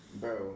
bro